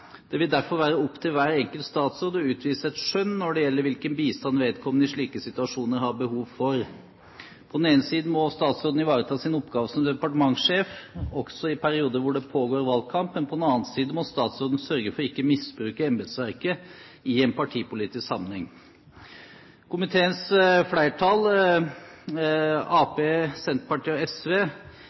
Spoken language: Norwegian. Det vil derfor være opp til hver enkelt statsråd å utvise et skjønn når det gjelder hvilken bistand vedkommende i slike situasjoner har behov for. På den ene side må statsråden ivareta sin oppgave som departementssjef også i perioder hvor det pågår valgkamp, men på den annen side må statsråden sørge for å ikke misbruke embetsverket i en partipolitisk sammenheng.» Komiteens flertall – medlemmene fra Arbeiderpartiet, Senterpartiet og SV